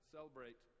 Celebrate